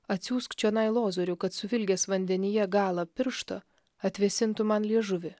atsiųsk čionai lozorių kad suvilgęs vandenyje galą piršto atvėsintų man liežuvį